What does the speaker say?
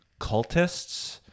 cultists